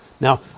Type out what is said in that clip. Now